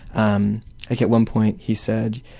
um like at one point he said,